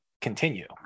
continue